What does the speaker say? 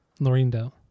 Lorindo